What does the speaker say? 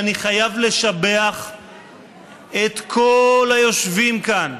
ואני חייב לשבח את כל היושבים כאן,